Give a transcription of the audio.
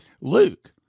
Luke